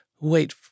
wait